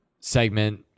segment